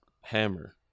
Hammer